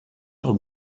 are